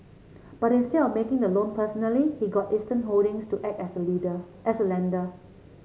but instead of of making the loan personally he got Eastern Holdings to act as the leader as the lender